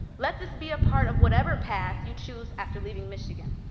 let this be a part of whatever path you choose after leaving michigan.